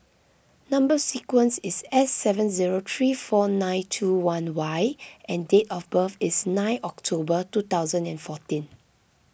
Number Sequence is S seven zero three four nine two one Y and date of birth is nine October two thousand and fourteen